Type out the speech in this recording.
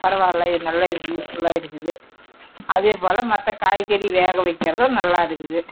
பரவாயில்ல இது நல்ல எனக்கு யூஸ்ஃபுல்லாக இருக்குது அதேபோல் மற்ற காய்கறி வேக வைக்கிறதும் நல்லா இருக்குது